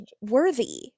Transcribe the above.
worthy